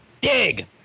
Dig